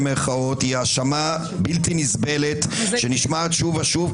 היא האשמה בלתי נסבלת שנשמעת שוב ושוב,